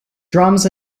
drums